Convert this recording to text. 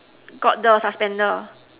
got the suspender